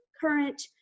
current